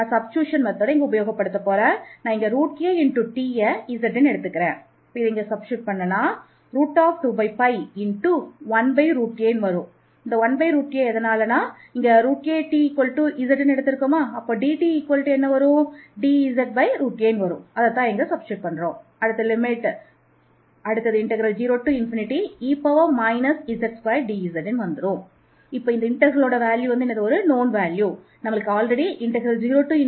Ice 24a இங்கே C என்பது integration